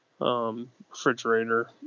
Refrigerator